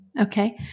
Okay